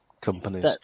companies